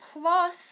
Plus